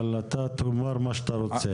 אבל אתה תאמר מה שאתה רוצה.